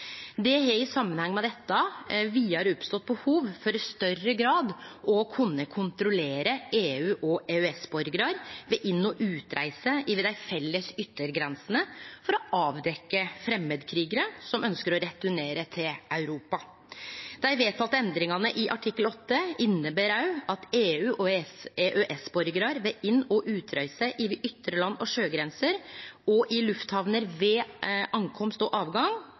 Det har i samanheng med dette oppstått behov for i større grad å kunne kontrollere EU-/EØS-borgarar ved inn- og utreise over dei felles yttergrensene for å avdekkje framandkrigarar som ønskjer å returnere til Europa. Dei vedtekne endringane i artikkel 8 inneber at òg EU-/EØS-borgarar ved inn- og utreise over ytre land- og sjøgrenser og i lufthamner ved innkomst og avgang